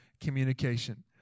communication